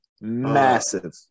Massive